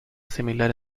similar